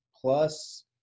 plus